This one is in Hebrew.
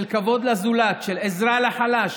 של כבוד לזולת, של עזרה לחלש.